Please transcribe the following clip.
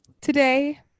today